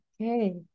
okay